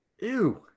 Ew